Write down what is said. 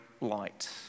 light